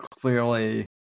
clearly